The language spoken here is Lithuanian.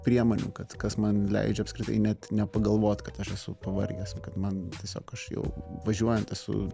priemonių kad kas man leidžia apskritai net nepagalvot kad aš esu pavargęs kad man tiesiog aš jau važiuojant esu